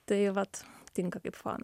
tai vat tinka kaip fona